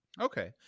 Okay